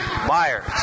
Myers